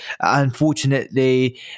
unfortunately